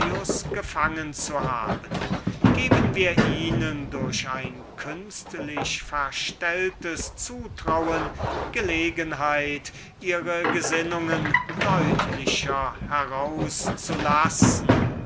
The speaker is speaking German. gefangen haben gebet ihnen durch ein künstlich verstelltes zutrauen gelegenheit ihre gesinnungen deutlicher herauszulassen wie